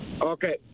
Okay